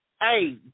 hey